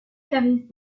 clarisse